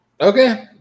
Okay